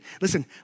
Listen